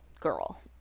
girl